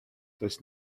does